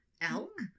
elk